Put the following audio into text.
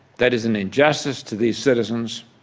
that is an injustice to these citizens,